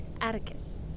Atticus